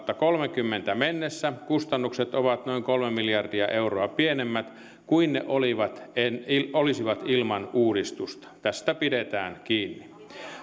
kaksituhattakolmekymmentä mennessä kustannukset ovat noin kolme miljardia euroa pienemmät kuin ne olisivat ilman uudistusta tästä pidetään kiinni